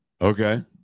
Okay